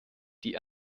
die